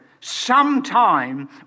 sometime